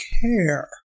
care